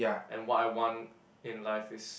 and what I want in life is